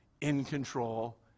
in-control